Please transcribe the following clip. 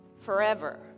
forever